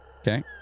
Okay